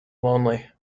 lonely